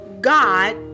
God